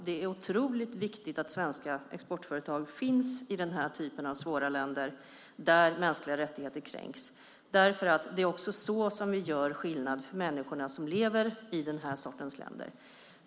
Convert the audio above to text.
Det är otroligt viktigt att svenska exportföretag finns i den här typen av svåra länder där mänskliga rättigheter kränks. Det är så som vi gör skillnad för människor som lever i sådana länder.